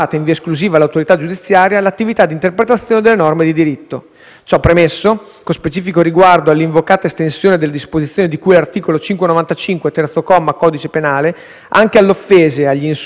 Ciò premesso, con specifico riguardo all'invocata estensione delle disposizioni di cui all'articolo 595, terzo comma del codice penale: «anche alle offese, agli insulti e alle affermazioni particolarmente lesive della dignità della persona»